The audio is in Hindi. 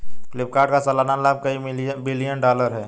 फ्लिपकार्ट का सालाना लाभ कई बिलियन डॉलर है